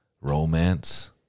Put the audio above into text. romance